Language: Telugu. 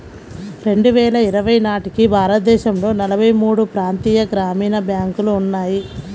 రెండు వేల ఇరవై నాటికి భారతదేశంలో నలభై మూడు ప్రాంతీయ గ్రామీణ బ్యాంకులు ఉన్నాయి